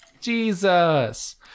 Jesus